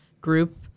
group